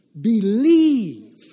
believe